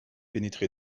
pénétré